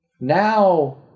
Now